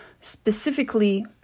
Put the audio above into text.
specifically